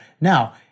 Now